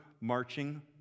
Marching